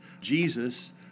Jesus